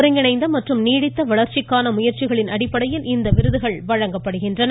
ஒருங்கிணைந்த மற்றும் நீடித்த வளர்ச்சிக்கான முயற்சிகளின் அடிப்படையில் இந்த விருதுகள் வழங்கப்படுகிறது